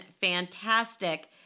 fantastic